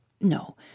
No